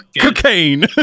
cocaine